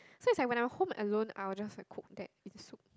so it's like when I'm home alone I will just like cook that in soup